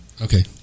Okay